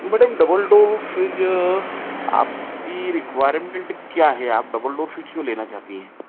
madam double door fridge आपकी requirement क्या है आप डबल डोर फ्रिज क्यों लेना चाहती हैं